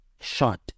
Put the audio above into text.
shot